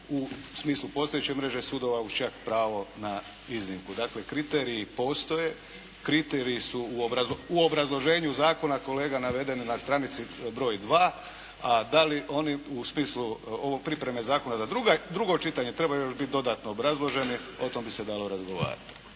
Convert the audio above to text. u smislu postojeće mreže sudova uz čak pravo na iznimku. Dakle kriteriji postoje, kriteriji su u obrazloženju zakona navedeni na stranici broj 2, a da li oni u smislu pripreme zakona za drugo čitanje trebaju biti još dodatno obrazloženi o tome bi se dalo razgovarati.